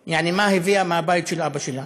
יעני, מה הביאה מהבית של אבא שלה?